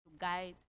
guide